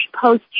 post